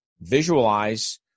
visualize